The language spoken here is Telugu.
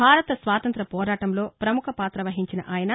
భారత స్వాతంత్ర్య పోరాటంలో పముఖ పాత వహించిన ఆయన